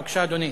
בבקשה, אדוני.